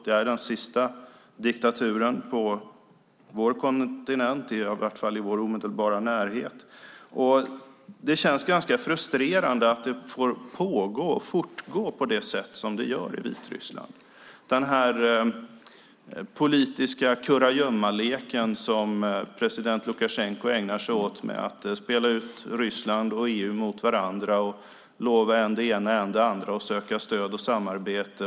Det är den sista diktaturen på vår kontinent, i vart fall i vår omedelbara närhet. Det känns ganska frustrerande att det får fortgå på det sätt som det gör i Vitryssland. Jag talar om den politiska kurragömmalek som president Lukasjenko ägnar sig åt, där han spelar ut Ryssland och EU mot varandra och lovar än det ena, än det andra och söker stöd och samarbete.